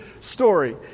story